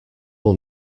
will